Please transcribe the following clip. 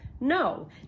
No